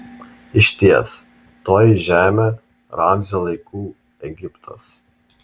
išties toji žemė ramzio laikų egiptas